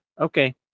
Okay